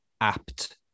Apt